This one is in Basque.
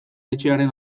etxearen